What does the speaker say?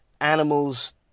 Animals